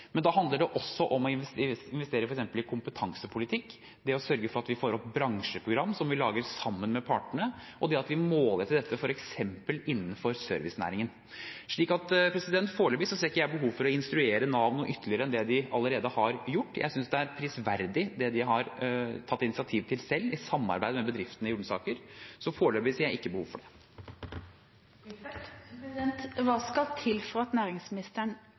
da handler det også om å investere i f.eks. kompetansepolitikk, det å sørge for at vi får opp bransjeprogram som vi lager sammen med partene, og det at vi måler til dette, f.eks. innenfor servicenæringen. Foreløpig ser ikke jeg behov for å instruere Nav ytterligere til å gjøre noe mer enn det de allerede har gjort. Jeg synes det de selv har tatt initiativ til i samarbeid med bedriftene i Ullensaker, er prisverdig. Så foreløpig ser jeg ikke behov for det. Hva skal til for at næringsministeren